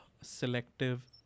selective